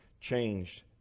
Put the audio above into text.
changed